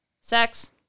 Sex